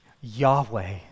Yahweh